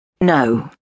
No